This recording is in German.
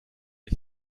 ich